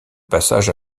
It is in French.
passage